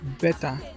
better